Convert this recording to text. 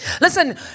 Listen